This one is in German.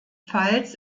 pfalz